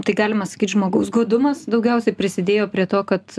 tai galima sakyt žmogaus godumas daugiausiai prisidėjo prie to kad